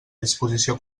disposició